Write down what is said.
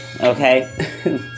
Okay